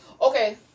Okay